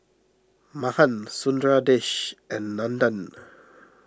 Mahan Sundaresh and Nandan